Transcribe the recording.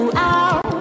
out